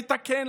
לתקן,